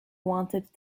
wanted